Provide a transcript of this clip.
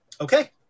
Okay